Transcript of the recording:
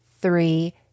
three